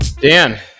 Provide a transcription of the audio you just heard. Dan